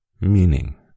meaning